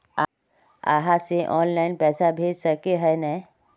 आहाँ के ऑनलाइन पैसा भेज सके है नय?